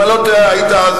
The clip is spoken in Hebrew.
אם אני לא טועה היית אז